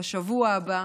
בשבוע הבא.